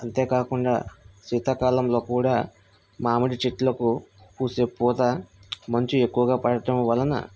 అంతేకాకుండా శీతాకాలంలో కూడా మామిడి చెట్లకు పూసే పూత మంచు ఎక్కువగా పడటం వలన